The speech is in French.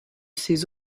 ses